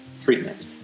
treatment